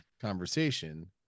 conversation